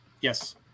Yes